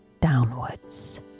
downwards